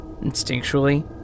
Instinctually